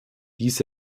dies